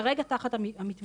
כרגע תחת המתווה,